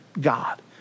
God